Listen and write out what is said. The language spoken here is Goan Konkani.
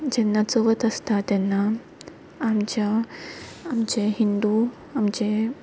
जेन्ना चवथ आसता तेन्ना आमच्या आमचे हिंदू आमचे